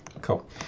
Cool